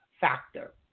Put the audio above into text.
factor